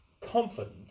confident